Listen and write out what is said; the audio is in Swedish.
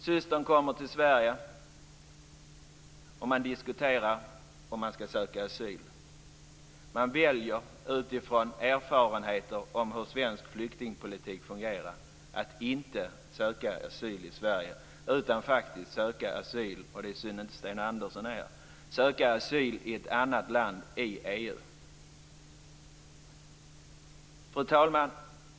Systern kom till Sverige, och man diskuterade om man skulle söka asyl. Man valde, utifrån erfarenheter av hur svensk flyktingpolitik fungerar, att inte söka asyl i Sverige utan att söka asyl i ett annat land i EU. Det är synd att Sten Andersson inte är här. Jag har träffat på flera sådana här fall. Fru talman!